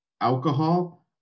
alcohol